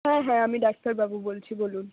হ্যাঁ হ্যাঁ আমি ডাক্তারবাবু বলছি বলুন